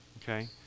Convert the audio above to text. Okay